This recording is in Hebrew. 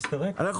אנחנו